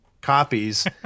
copies